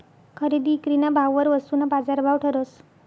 खरेदी ईक्रीना भाववर वस्तूना बाजारभाव ठरस